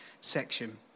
section